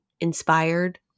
inspired